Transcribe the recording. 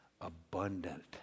abundant